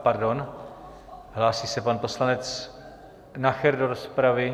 Pardon, hlásí se pan poslanec Nacher do rozpravy.